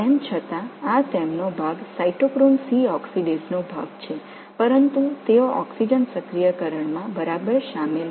எனவே இது cytochrome C ஆக்ஸிடேஸின் ஒரு பகுதியாக இருந்தாலும் ஆனால் அவை ஆக்ஸிஜன் செயல்படுத்துவதில் சரியாக ஈடுபடவில்லை